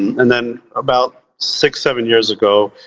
and then about six, seven years ago,